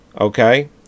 Okay